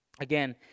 again